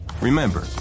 Remember